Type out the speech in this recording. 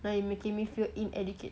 now you making me feel inadequate